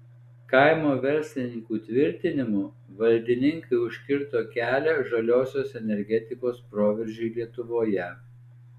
kaimo verslininkų tvirtinimu valdininkai užkirto kelią žaliosios energetikos proveržiui lietuvoje